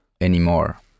anymore